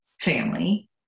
family